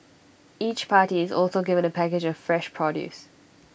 each party is also given A package of fresh produce